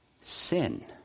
sin